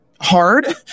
hard